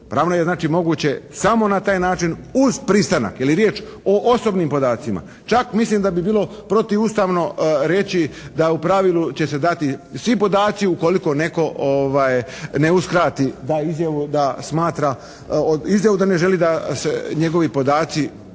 Pravno je znači moguće samo na taj način uz pristanak jer je riječ o osobnim podacima. Čak mislim da bi bilo protuustavno reći da u pravilu će se dati svi podaci ukoliko netko ne uskrati, da izjavu da smatra, izjavu da ne želi da se njegovi podaci